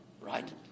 right